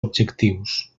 objectius